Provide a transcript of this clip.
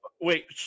Wait